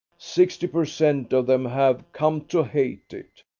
sixty per cent. of them have come to hate it.